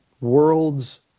world's